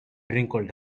wrinkled